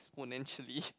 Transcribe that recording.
exponentially